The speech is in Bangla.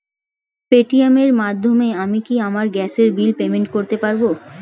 পেটিএম এর মাধ্যমে আমি কি আমার গ্যাসের বিল পেমেন্ট করতে পারব?